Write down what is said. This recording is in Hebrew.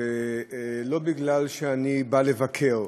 ולא בגלל שאני בא לבקר,